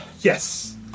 yes